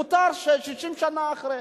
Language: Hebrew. מותר, 60 שנה אחרי.